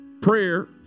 prayer